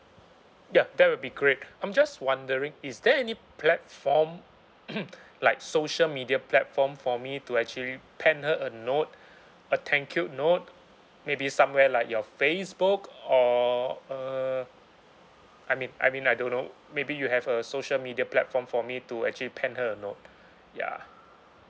ya that'll be great I'm just wondering is there any platform like social media platform for me to actually pen her a note a thank you note maybe somewhere like your facebook or uh I mean I mean I don't know maybe you have a social media platform for me to actually pen her a note ya